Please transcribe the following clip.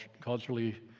culturally